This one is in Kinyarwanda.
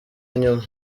nyuma